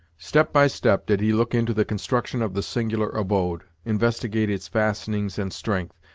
step by step did he look into the construction of the singular abode, investigate its fastenings and strength,